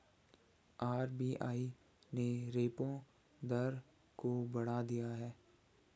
RBI ने repo दर को बढ़ा दिया है